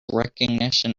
recognition